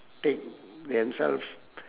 take themselves